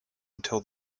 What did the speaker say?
until